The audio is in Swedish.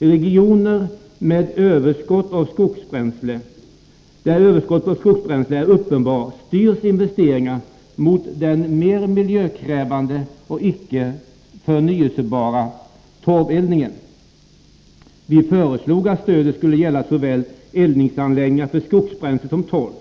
I regioner där överskottet av skogsbränsle är uppenbart styrs investeringarna mot den mer miljöpåverkandeldningen med den inte förnybara torven. Vi föreslog att stödet skulle gälla såväl eldningsanläggningar för skogsbränsle som torveldade